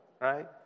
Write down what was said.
right